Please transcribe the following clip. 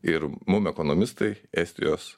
ir mum ekonomistai estijos